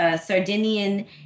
Sardinian